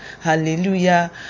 hallelujah